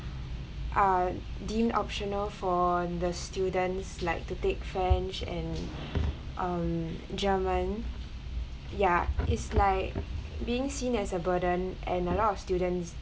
are deemed optional for the students like to take french and um german ya is like being seen as a burden and a lot of students